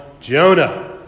Jonah